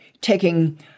taking